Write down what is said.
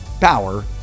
power